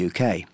UK